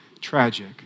tragic